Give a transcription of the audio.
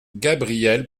gabriel